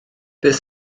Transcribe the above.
beth